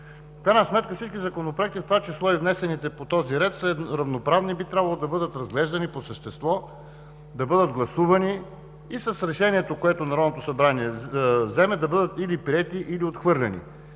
В крайна сметка всички законопроекти, в това число и внесените по този ред, са равноправни и би трябвало да бъдат разглеждани по същество, да бъдат гласувани и с решението, което Народното събрание вземе, да бъдат или приети, или отхвърлени.